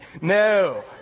No